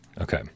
Okay